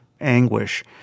anguish